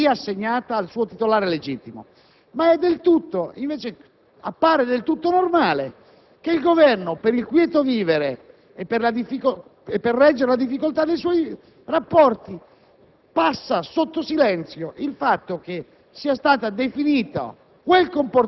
non potrebbe essere né assegnata né congelata, ma semplicemente riassegnata al suo titolare legittimo. Invece, appare del tutto normale che il Governo, per il quieto vivere e per reggere la difficoltà dei propri rapporti,